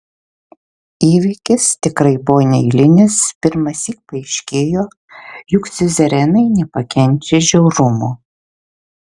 įvykis tikrai buvo neeilinis pirmąsyk paaiškėjo jog siuzerenai nepakenčia žiaurumo